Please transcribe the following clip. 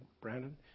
Brandon